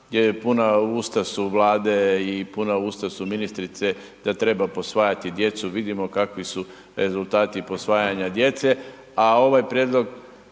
puta usta su Vlade i puna usta su ministrice da treba posvajati djecu, vidimo kakvi su rezultati posvajanja djece,